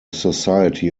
society